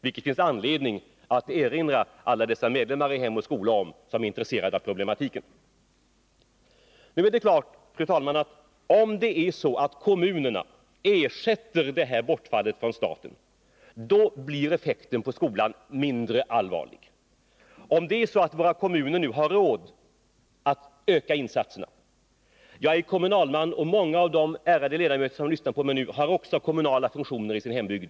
Detta finns det anledning att erinra alla medlemmar i Hem och skola om som är intresserade av problematiken. Det är klart, fru talman, att om kommunerna ersätter det här bortfallet från staten, dvs. om kommunerna nu har råd att öka insatserna, så blir effekten inom skolan mindre allvarlig. Jag är kommunalman, och många av de ärade kammarledamöter som lyssnar till mig nu har också kommunala funktioner i sin hembygd.